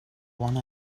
one